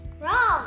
Wrong